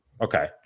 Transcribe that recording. Okay